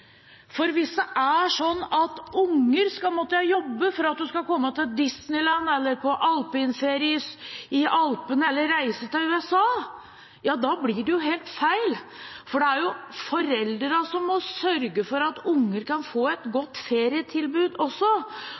for hvis det er sånn at unger skal måtte jobbe for at en skal komme til Disneyland eller på alpinferie i Alpene eller reise til USA, ja da blir det jo helt feil, for det er foreldrene som må sørge for at unger kan få et godt ferietilbud også.